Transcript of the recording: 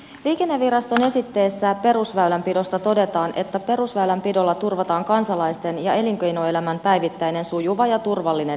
liikenneviraston esitteessä perusväylänpidosta todetaan että perusväylänpidolla turvataan kansalaisten ja elinkeinoelämän päivittäinen sujuva ja turvallinen liikkuminen